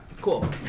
Cool